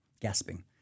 gasping